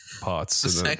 parts